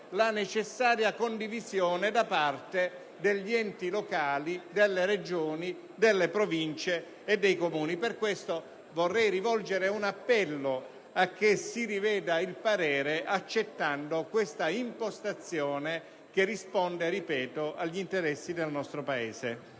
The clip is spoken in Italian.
la necessaria condivisione da parte degli enti locali, delle Regioni, delle Province e dei Comuni. Per questo motivo, rivolgo un appello a rivedere il parere contrario e ad accettare questa impostazione, che risponde - ripeto - agli interessi del nostro Paese.